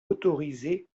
autorisé